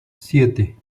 siete